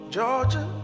Georgia